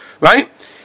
Right